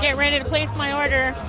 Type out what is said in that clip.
yeah ready to place my order